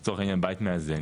לצורך העניין בית מאזן,